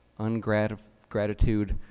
ungratitude